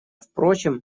впрочем